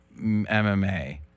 MMA